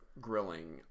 grilling